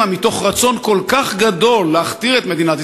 שמא מתוך רצון כל כך גדול להכתיר את מדינת